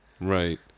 Right